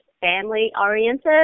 family-oriented